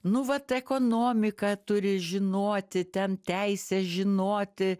nu vat ekonomika turi žinoti ten teisę žinoti